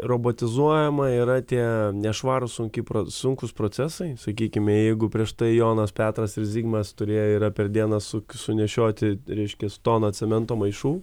robotizuojama yra tie nešvarūs sunkiai pro sunkūs procesai sakykime jeigu prieš tai jonas petras ir zigmas turėjo ir ar per dieną suk sunešioti reiškės toną cemento maišų